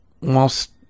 whilst